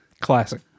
Classic